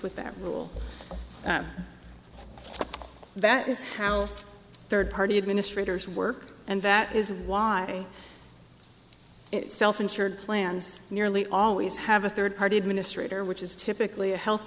with that rule that is how third party administrators work and that is why self insured plans nearly always have a third party administrator which is typically a health